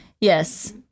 Yes